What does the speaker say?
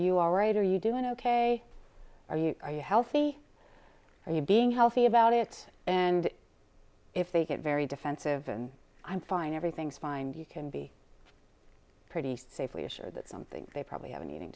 you all right are you doing ok are you are you healthy are you being healthy about it and if they get very defensive and i'm fine everything's fine you can be pretty safely assured that some things they probably have an eating